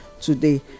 today